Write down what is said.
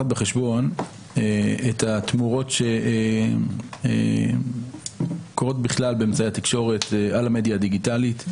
בחשבון את התמורות שקורות בכלל באמצעי התקשורת על המדיה הדיגיטלית,